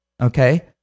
okay